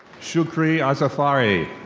shukri azafari.